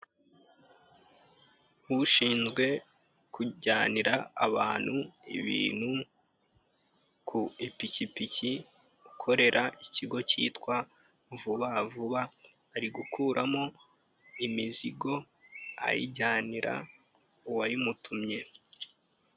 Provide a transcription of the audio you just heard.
Ushinzwe kujyanira abantu ibintu ku ipikipiki, ukorera ikigo cyitwa vuba vuba, ari gukuramo imizigo ayijyanira uwayimutumye.